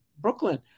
Brooklyn